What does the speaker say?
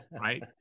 right